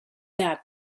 that